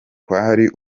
kwari